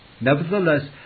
Nevertheless